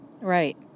Right